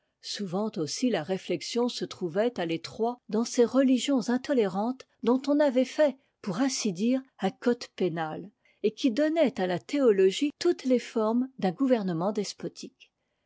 souvent aussi la réuexion se trouvait à l'étroit dans ces religions intolérantes dont on avait fait pour ainsi dire un code pénal et qui donnaient à la théologie toutes les formes d'un gouvernement despotique